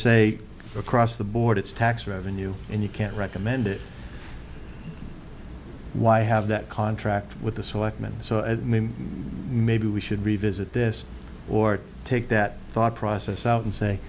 say across the board it's tax revenue and you can't recommend it why have that contract with the selectmen so maybe we should revisit this or take that thought process out and say